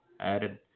added